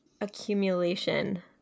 accumulation